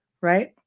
right